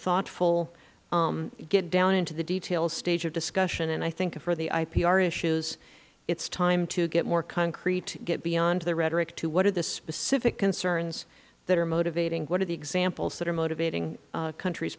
thoughtful get down into the details stage of discussion and i think that for the ipr issues it is time to get more concrete get beyond the rhetoric to what are the specific concerns that are motivating what are the examples that are motivating countries